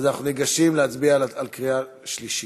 אנחנו ניגשים להצביע בקריאה שלישית.